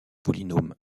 polynôme